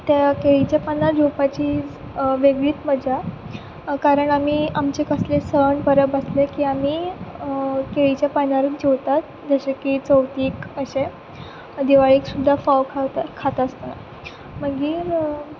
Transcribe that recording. ते केळीचे पानार जेवपाची वेगळीच मजा कारण आमी आमचे कसलेच सण परब आसले की आमी केळीच्या पानारूच जेवतात जशें की चवथीक अशें दिवाळेक सुद्दां फोव खातासतना मागीर